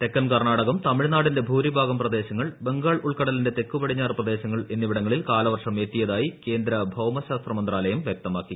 തെക്ക്ൻ കർണാടകം തമിഴ്നാടിന്റെ ഭൂരിഭാഗം പ്രദേശങ്ങൾ ബംഗാൾ ഉൾക്കിട്ടുലിന്റെ തെക്കു പടിഞ്ഞാറ് പ്രദേശങ്ങൾ എന്നിവിടങ്ങളിൽ കാലവർഷ് എത്തിയതായി കേന്ദ്ര ഭൌമ ശാസ്ത്ര മന്ത്രാലയം വ്യക്തമാക്കി